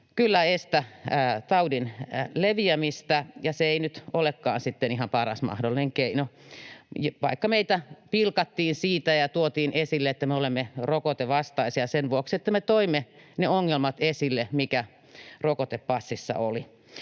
kyllä estä taudin leviämistä ja se ei nyt olekaan sitten ihan paras mahdollinen keino, vaikka meitä pilkattiin siitä ja tuotiin esille, että me olemme rokotevastaisia sen vuoksi, että me toimme ne ongelmat esille, mitä rokotepassissa oli.